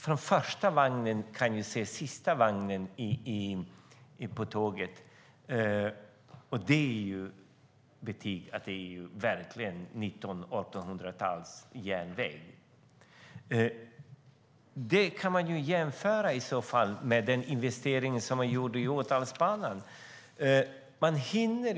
Från första vagnen kan man se sista vagnen, så det är ju verkligen en 1800-talsjärnväg. Detta kan jämföras med den investering som har gjorts på Ådalsbanan.